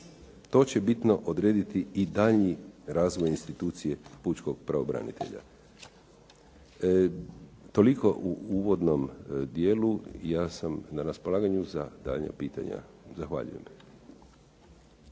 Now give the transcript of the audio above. To će bitno odrediti i daljnji razvoj institucije pučkog pravobranitelja.". Toliko u uvodnom dijelu, ja sam na raspolaganju za daljnja pitanja. Zahvaljujem.